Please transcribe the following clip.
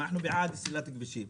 אנחנו בעד סלילת כבישים,